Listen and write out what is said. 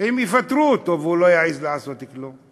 הם יפטרו אותו והוא לא יעז לעשות כלום.